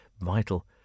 vital